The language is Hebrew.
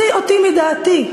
מוציא אותי מדעתי.